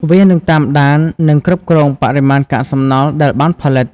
វានឹងតាមដាន និងគ្រប់គ្រងបរិមាណកាកសំណល់ដែលបានផលិត។